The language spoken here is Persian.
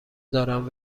دارم